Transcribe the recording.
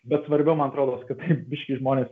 bet svarbiau man atrodos kad taip biškį žmonės